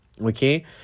okay